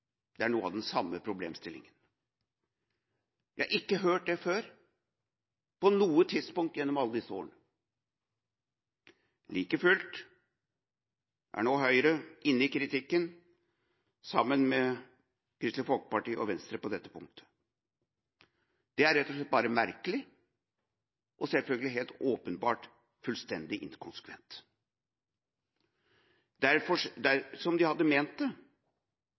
Det er noe av den samme problemstillinga. Jeg har ikke hørt det før, på noe tidspunkt, gjennom alle disse årene. Like fullt er nå Høyre inne i kritikken på dette punktet sammen med Kristelig Folkeparti og Venstre. Det er rett og slett bare merkelig og selvfølgelig helt åpenbart fullstendig inkonsekvent. Dersom de hadde ment det,